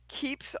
keeps